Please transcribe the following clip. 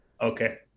okay